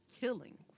killing